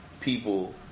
people